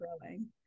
growing